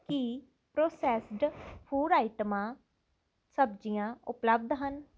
ਕੀ processed food ਆਈਟਮਾਂ ਸਬਜ਼ੀਆਂ ਉਪਲੱਬਧ ਹਨ